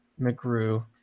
McGrew